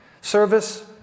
service